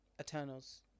Eternals